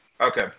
Okay